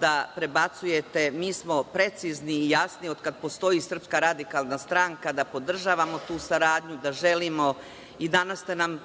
da prebacujete. Mi smo precizni i jasni od kada postoji SRS da podržavamo tu saradnju, da želimo. Danas ste nam